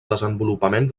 desenvolupament